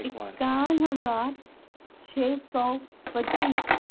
اکیاون ہزار چھ سو پچیس